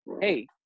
Hey